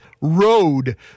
road